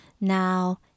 Now